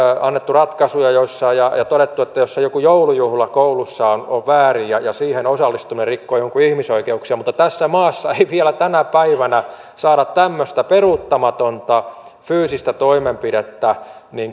annettu ratkaisuja joissa on todettu että joku joulujuhla koulussa on on väärin ja siihen osallistuminen rikkoo jonkun ihmisoikeuksia mutta tässä maassa ei vielä tänä päivänä saada tämmöistä peruuttamatonta fyysistä toimenpidettä